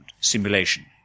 simulation